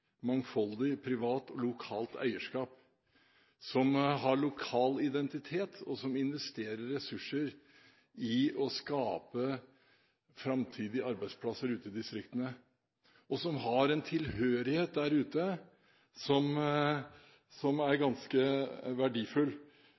mangfoldig, privat og lokalt eierskap som har lokal identitet, som investerer ressurser i å skape framtidige arbeidsplasser ute i distriktene, og som har en tilhørighet der ute som er